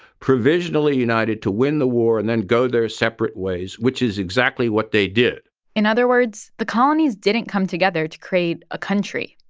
provisionally united to win the war and then go their separate ways, which is exactly what they did in other words, the colonies didn't come together to create a country.